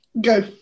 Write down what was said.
go